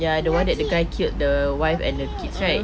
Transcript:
ya the [one] that the guy killed the wife and the kids right